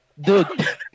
Dude